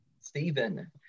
Stephen